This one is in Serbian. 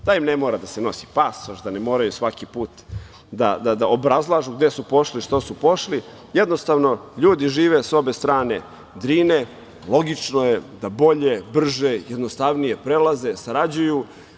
Em ne mora da se nosi pasoš, da ne moraju svaki put da obrazlažu gde su pošli, što su pošli, jednostavno, ljudi žive sa obe strane Drine i logično je da bolje, brže i jednostavnije prelaze, sarađuju.